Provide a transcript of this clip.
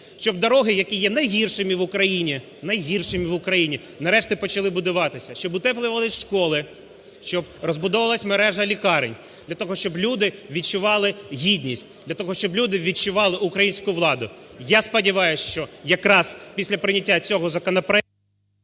в Україні – найгіршими в Україні! – нарешті почали будуватися, щоб утеплювалися школи, щоб розбудовувалася мережа лікарень для того, щоб люди відчували гідність, для того, щоб люди відчували українську владу. Я сподіваюся, що якраз після прийняття цього законопроекту…